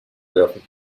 werfen